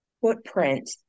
footprint